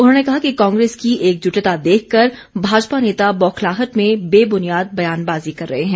उन्होंने कहा कि कांग्रेस की एकजुटता देखकर भाजपा नेता बौखलाहट में बेबुनियाद बयानबाजी कर रहे हैं